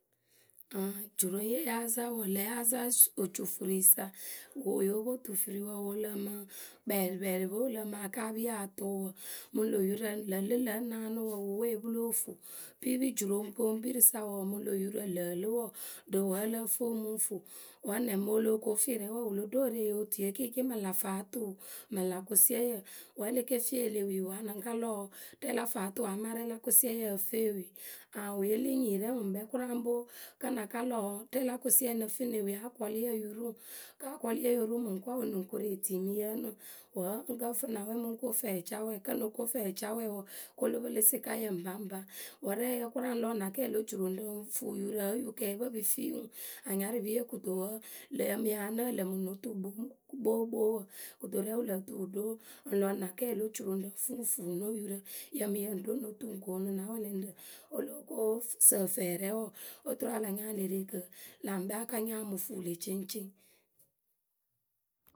juroye yáa za wǝǝ, ŋlǝ yáa za ocufuruisa wǝ wǝ́ yóo pwo tufuriwǝ wǝ wǝ lǝǝmɨ kpɛɛrɩkpɛɛrɩwe wǝ lǝmɨ akaapiyǝ atʊʊ wǝ. Mǝŋ lö yurǝ lǝ lɨ lǝ̈ wǝ́naanɨ wǝǝ wǝwe wǝ́ pǝ lóo fu. Pipijuroŋpoŋpirǝ sa wǝǝ, mǝŋ lö yurǝ lǝǝ lɨ wǝǝ, ŋrɨ wǝ́ ǝ lǝ́ǝ fɨ mɨ ŋ fu wǝ́ nɛ mǝŋ o loh ko firɛ wǝǝ, o lo ɖo e re ŋyǝ ortuiye kɩɩkɩɩ mǝŋ lä faatu mǝŋ lä kʊsiɛyǝ wǝ́ e le ke fii e le wii a lɨŋ ka lɔ rɛ la fwatu amaa rɛ la kʊsiɛyǝ ǝ fɨ e wii. Aŋ wǝ yeli nyirɛ ŋkpɛ kʊraa ŋpo. Kǝ́ ŋ na ka lɔ rɛ la kʊsiɛ ŋ nǝ fɨ ne wii wǝ́ akɔlɩyǝ yǝ rù ŋwǝ. Kǝ́ akɔlɩye yo ru ŋwǝ lɨŋ koru e tii mǝ yǝ ǝnɨ wǝ́ ŋ kǝ ŋ fɨ na wɛ mɨ ŋ ko fɛɛcawɛɛ. Kǝ́ ŋ no ko fɛɛcawɛɛwǝ kolu pɨlɨ sɩkayǝ ŋpaŋpa. Wǝ́ rɛɛyǝ kʊraa ŋ lɔ̀ na kɛɛ lo juroŋrǝ ŋ fù yurǝ wǝ́ oyukɛɛpǝ pǝ fìi ŋwǝ. Anyarɨpiyǝ kɨto wǝ́ yǝ mǝ yǝ ŋ ya lǝ́ǝ lǝmɨ no tu kpoo kpookpoo wǝ. Kɨto rɛ wǝ lǝǝ tɨ wǝ ɖo ŋ lɔ na kɛɛ lo juroŋrǝ ŋ fɨ ŋ fu no yurǝ, yǝ mǝ yǝ ŋ ɖo no tu ŋ koonu na wɛlɛŋrǝ o lóo ko sǝǝfɛrɛ wǝ oturu a la nya e ke re kɨ kɨ la ŋkpɛ a ka nya mɨ fu lǝ̈ ceŋceŋ.